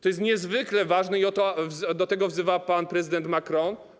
To jest niezwykle ważne i do tego wzywa pan prezydent Macron.